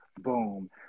Boom